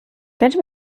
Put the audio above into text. könnte